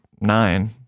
nine